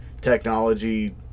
technology